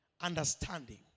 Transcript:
understanding